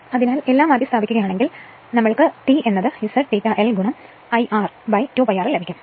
അതിനാൽ എല്ലാം മാറ്റിസ്ഥാപിക്കുകയാണെങ്കിൽ T Z∅L I r 2 π rl ലഭിക്കും